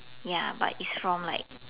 ya but is from like